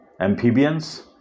Amphibians